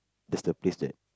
that's the place that